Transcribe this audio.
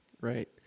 right